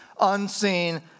unseen